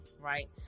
Right